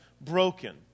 broken